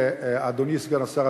אדוני סגן השר,